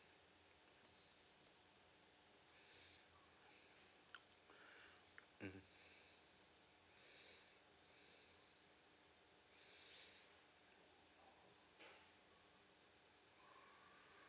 mm